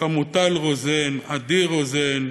חמוטל רוזן, עדי רוזן,